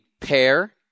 pair